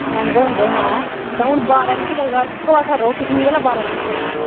मैंह्गा होंदा होना ऐं तां हून बारै मिगी लगदा कोह्का रौह्ग कशमीर आह्ला बारै रौह्ना मेरे स्हाबै